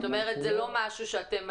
זאת אומרת זה לא משהו שאתם מתווים,